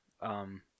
Um-